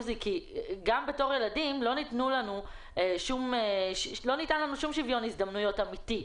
כי גם כילדים לא ניתן לנו שוויון הזדמנויות אמיתי,